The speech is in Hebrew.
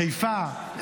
חיפה,